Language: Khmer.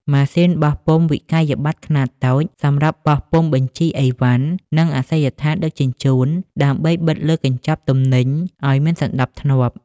ម៉ាស៊ីនបោះពុម្ពវិក្កយបត្រខ្នាតតូច សម្រាប់បោះពុម្ពបញ្ជីអីវ៉ាន់ និងអាសយដ្ឋានដឹកជញ្ជូន ដើម្បីបិទលើកញ្ចប់ទំនិញឱ្យមានសណ្ដាប់ធ្នាប់។